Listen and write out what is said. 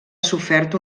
sofert